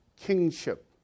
kingship